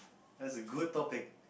that's a good topic